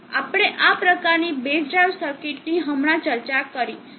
આપણે આ પ્રકારની બેઝ ડ્રાઇવ સર્કિટની હમણાં ચર્ચા કરી